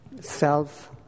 self